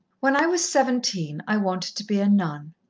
when i was seventeen i wanted to be a nun.